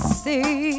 see